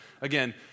Again